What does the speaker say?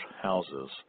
houses